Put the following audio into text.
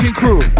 crew